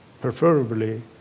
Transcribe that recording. preferably